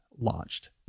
launched